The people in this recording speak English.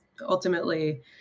ultimately